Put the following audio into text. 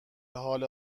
حال